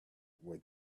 were